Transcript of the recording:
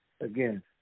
again